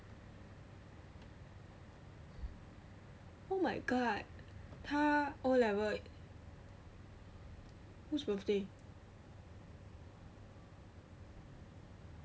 oh my god 他 O level who's birthday